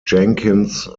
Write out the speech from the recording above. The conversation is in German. jenkins